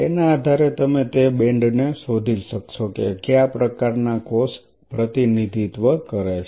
તેના આધારે તમે તે બેન્ડને શોધી શકશો કે કયા પ્રકારના કોષ પ્રતિનિધિત્વ કરે છે